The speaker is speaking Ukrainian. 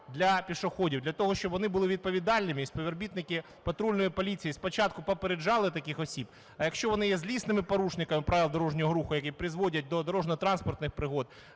для пішоходів, для того, щоб вони були відповідальними, і співробітники патрульної поліції спочатку попереджали таких осіб. А якщо вони є злісними порушниками правил дорожнього руху, які призводять до дорожньо-транспортних пригод